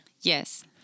Yes